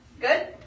Good